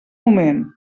moment